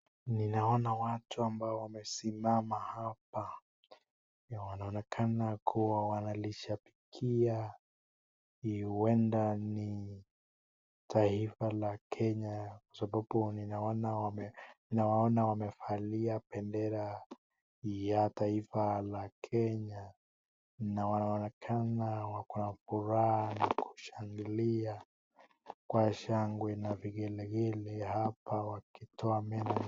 Ninaona watu ambao wamesimama hapa na wanaonekana kuwa wanalishapikia huenda ni taifa la Kenya kwa sababu ninaona wamefalia bendera ya taifa la Kenya na wanaonekana wako na furaha na kushangilia kwa shangwe na vigelegele hapa wakitoa meno.